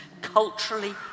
culturally